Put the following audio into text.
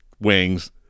wings